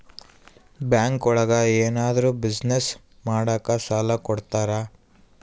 bank ಒಳಗ ಏನಾದ್ರೂ business ಮಾಡಾಕ ಸಾಲ ಕೊಡ್ತಾರ